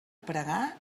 pregar